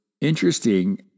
interesting